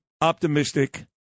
optimistic